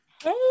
Hey